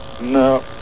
No